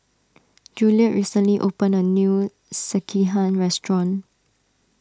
Juliette recently opened a new Sekihan restaurant